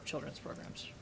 of children's programs